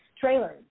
trailers